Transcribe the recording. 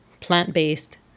plant-based